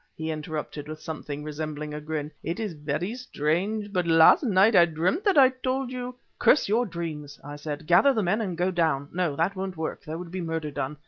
he interrupted with something resembling a grin, it is very strange, but last night i dreamed that i told you curse your dreams, i said. gather the men and go down no, that won't work, there would be murder done.